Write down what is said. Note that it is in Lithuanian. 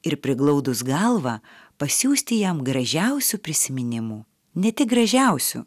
ir priglaudus galvą pasiųsti jam gražiausių prisiminimų ne tik gražiausių